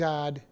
God